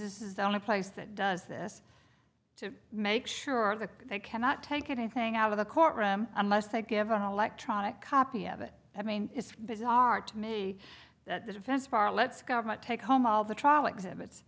this is the only place that does this to make sure that they cannot take anything out of the courtroom unless they give an electronic copy of it i mean it's bizarre to me that the defense bar let's government take home all the trial exhibits